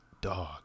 dog